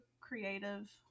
creative